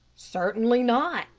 certainly not,